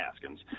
Haskins